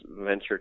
venture